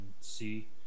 see